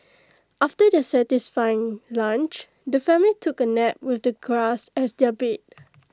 after their satisfying lunch the family took A nap with the grass as their bed